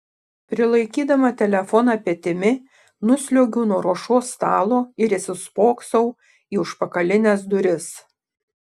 prilaikydama telefoną petimi nusliuogiu nuo ruošos stalo ir įsispoksau į užpakalines duris